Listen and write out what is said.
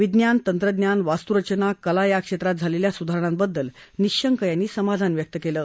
विज्ञान तंत्रज्ञान वास्तुरचना कला या क्षम्रीत झालखिा सुधारणंबद्दल निःशंक यांनी समाधान व्यक्त कलि